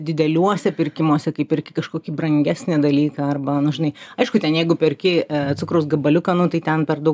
dideliuose pirkimuose kai perki kažkokį brangesnį dalyką arba nu žinai aišku ten jeigu perki cukraus gabaliuką nu tai ten per daug